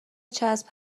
چسب